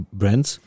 brands